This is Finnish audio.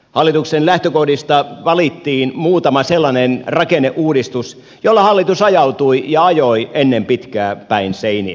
hallituksen lähtökohdista valittiin muutama sellainen rakenneuudistus jolla hallitus ajautui ja ajoi ennen pitkää päin seiniä